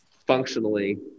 functionally